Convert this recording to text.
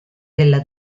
della